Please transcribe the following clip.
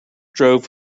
drove